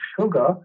sugar